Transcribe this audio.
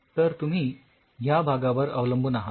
तर तुम्ही ह्या भागावर अवलंबून आहात